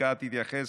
החקיקה תתייחס,